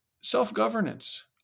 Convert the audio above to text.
Self-governance